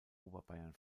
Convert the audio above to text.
oberbayern